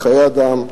לחיי אדם.